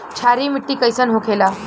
क्षारीय मिट्टी कइसन होखेला?